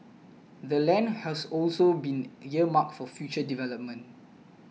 the land has also been earmarked for future development